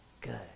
Good